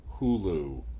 Hulu